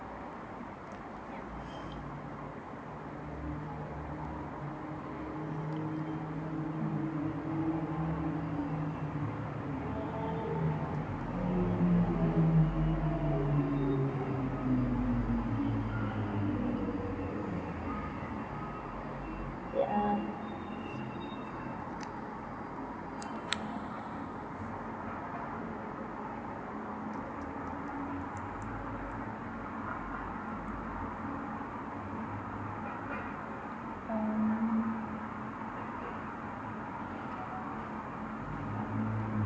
mm yeah um